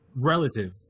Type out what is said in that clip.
relative